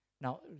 Now